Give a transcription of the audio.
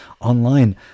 online